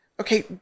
okay